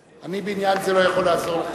אני, בעניין זה, לא יכול לעזור לך.